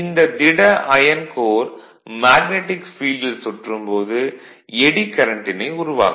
இந்த திட iron core magnetic ஃபீல்டில் சுற்றும் போது எடி கரண்ட்டினை உருவாக்கும்